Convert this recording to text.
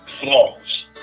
flaws